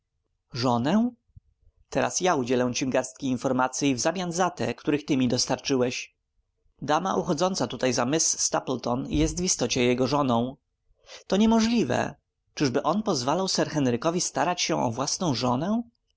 żonę teraz ja udzielę ci garstkę informacyj wzamian za te których ty mi dostarczyłeś dama uchodząca tutaj za miss stapleton jest wistocie jego żoną to niemożliwe czyżby on pozwalał sir henrykowi starać się o własną żonę